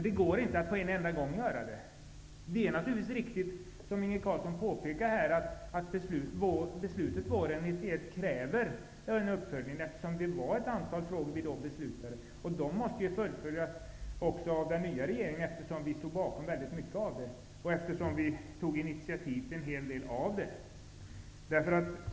Det går inte att göra allt på en enda gång. Det är naturligtvis riktigt, som Inge Carlsson påpekar, att beslutet våren 1991 kräver en uppföljning, eftersom det var ett antal frågor som vi då beslutade om. De måste fullföljas även av den nya regeringen, eftersom vi stod bakom väldigt mycket av innehållet i propositionen och eftersom vi tog initiativ till en hel del av förslagen.